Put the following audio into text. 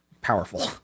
powerful